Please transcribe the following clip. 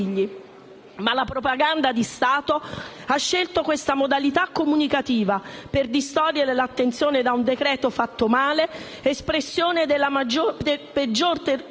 Ma la propaganda di Stato ha scelto questa modalità comunicativa per distogliere l'attenzione da un decreto fatto male, espressione della peggior